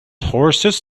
horses